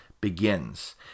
begins